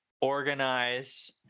organize